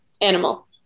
animal